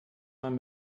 man